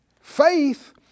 Faith